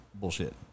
bullshit